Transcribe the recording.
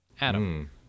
Adam